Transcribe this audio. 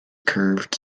curved